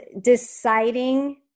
deciding